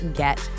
get